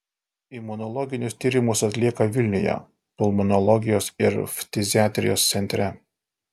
imunologinius tyrimus atlieka vilniuje pulmonologijos ir ftiziatrijos centre